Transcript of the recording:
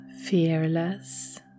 fearless